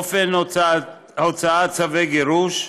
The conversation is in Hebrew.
אופן הוצאת צווי גירוש,